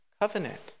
covenant